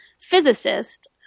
physicist